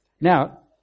Now